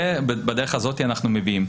ובדרך הזאת אנחנו מביאים.